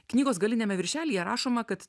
knygos galiniame viršelyje rašoma kad